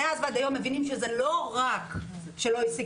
מאז ועד היום מבינים שלא רק שזה לא השיג